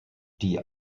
die